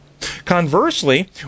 Conversely